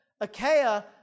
Achaia